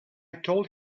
told